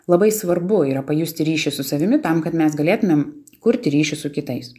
labai svarbu yra pajusti ryšį su savimi tam kad mes galėtumėm kurti ryšį su kitais